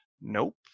nope